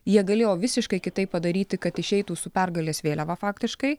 jie galėjo visiškai kitaip padaryti kad išeitų su pergalės vėliava faktiškai